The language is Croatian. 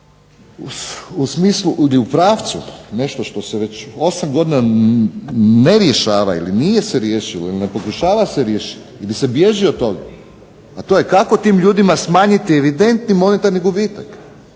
u smislu ili u pravcu nešto što se već osam godina ne rješava ili nije se riješilo ili ne pokušava se riješiti, gdje se bježi od toga a to je kako tim ljudima smanjiti evidentni monetarni gubitak